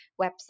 website